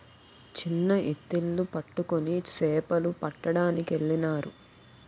చిన్న ఎత్తిళ్లు పట్టుకొని సేపలు పట్టడానికెళ్ళినారు